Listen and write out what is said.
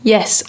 Yes